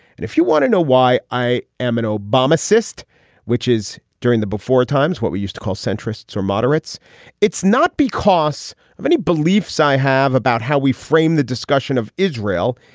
and if you want to know why i am an obama cyst which is during the before times what we used to call centrists or moderates it's not because of any beliefs i have about how we frame the discussion of israel.